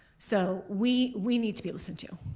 so we we need to be listened to.